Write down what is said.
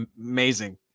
amazing